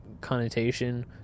connotation